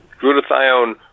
glutathione